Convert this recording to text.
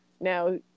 now